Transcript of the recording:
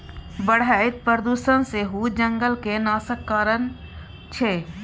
बढ़ैत प्रदुषण सेहो जंगलक नाशक कारण छै